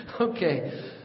Okay